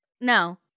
no